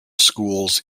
schools